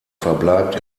verbleibt